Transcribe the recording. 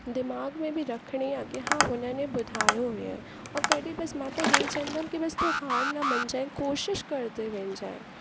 दिमाग़ में बि रखणी आहे की हा हुननि इहो ॿुधायो हुआ ऐं कॾहिं बसि मां त इहो चवंदमि बसि तूं हार न मञिजे कोशिश कंदे वञिजे